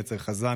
נצר חזני,